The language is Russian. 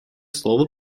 слово